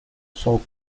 sol